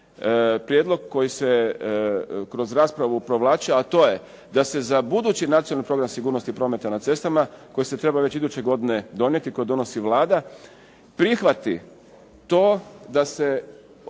prijedlog koji se kroz raspravu provlači, a to je da se za budući Nacionalni program sigurnosti prometa na cestama koji se treba već iduće godine donijeti kojeg donosi Vlada prihvati to da se